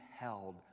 held